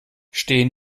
stehen